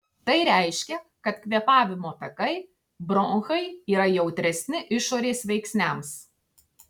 tai reiškia kad kvėpavimo takai bronchai yra jautresni išorės veiksniams